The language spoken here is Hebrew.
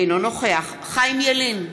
אינו נוכח חיים ילין,